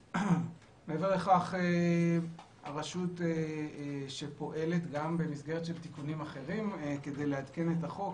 מעבר לכך הרשות פועלת גם במסגרת של תיקונים אחרים כדי לעדכן את החוק.